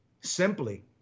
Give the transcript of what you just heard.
Simply